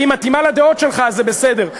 היא מתאימה לדעות שלך, אז זה בסדר.